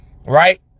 right